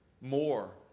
more